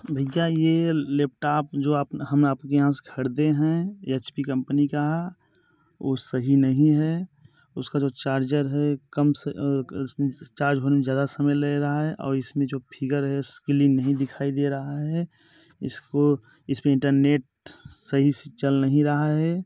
भैया ये लेपटाप जो आप हम आप के यहाँ से ख़रीदे हैं यच पी कंपनी का वो सही नहीं है उसका जो चार्जर है कम चार्ज होने में ज़्यादा समय ले रहा है और इस में जो फिगर है क्लीन नहीं दिखाई दे रहा है इसको इस पर इंटरनेट सही से चल नहीं रहा है